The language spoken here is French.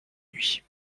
nuit